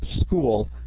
school